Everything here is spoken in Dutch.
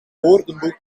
woordenboek